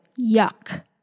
Yuck